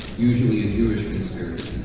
usually a jewish conspiracy.